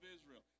Israel